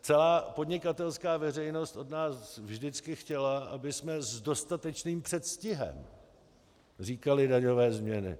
Celá podnikatelská veřejnost od nás vždycky chtěla, abychom s dostatečným předstihem říkali daňové změny.